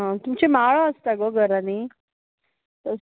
तुमचे माळो आसता गो घरांनी